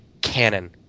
cannon